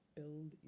build